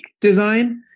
design